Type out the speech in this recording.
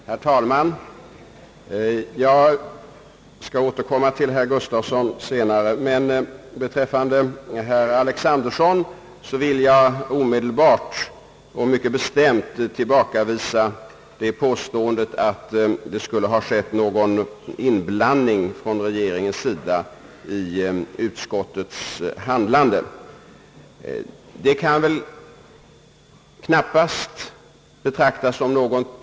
Herr talman! Jag skall senare återkomma med en kommentar till herr Nils-Eric Gustafssons inlägg. Vad beträffar herr Alexandersons inlägg vill jag omedelbart och mycket bestämt tillbakavisa hans påstående att det skulle ha skett någon inblandning från regeringen i utskottets handlande. Det kan väl knappast betraktas som någon.